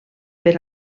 per